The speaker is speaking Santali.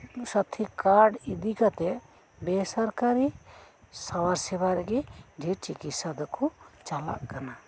ᱥᱟᱛᱷᱤ ᱠᱟᱨᱰ ᱤᱫᱤ ᱠᱟᱛᱮᱜ ᱵᱮᱼᱥᱚᱨᱠᱟᱨᱤ ᱥᱟᱶᱟᱨ ᱥᱮᱵᱟ ᱨᱮᱜᱮ ᱫᱷᱮᱨ ᱪᱤᱠᱤᱥᱥᱟ ᱫᱚᱠᱚ ᱪᱟᱞᱟᱜ ᱠᱟᱱᱟ